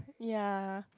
ya